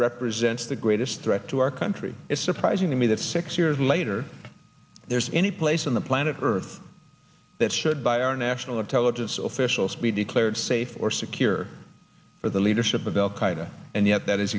represents the greatest threat to our country it's surprising to me that six years later there's any place on the planet earth that should by our national intelligence officials be declared safe or secure for the leadership of al qaeda and yet that is